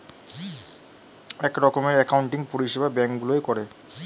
এক রকমের অ্যাকাউন্টিং পরিষেবা ব্যাঙ্ক গুলোয় করে